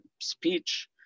speech